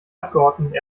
abgeordneten